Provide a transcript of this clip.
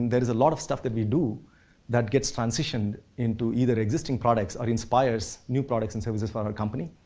there's a lot of stuff that we do that gets transitioned into either existing products or inspires new products and services for our company.